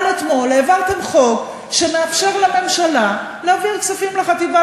אבל אתמול העברתם חוק שמאפשר לממשלה להעביר כספים לחטיבה